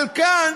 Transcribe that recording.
אבל כאן